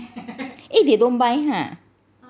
eh they don't buy ha